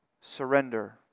surrender